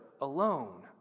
alone